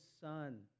son